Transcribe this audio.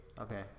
Okay